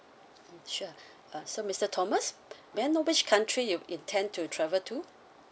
sure uh so mister thomas may I know which country you intend to travel to